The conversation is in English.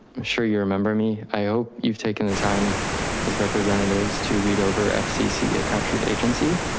sure you remember me. i hope you've taken the time as representatives to read over ah fcc a captured agency,